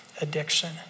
addiction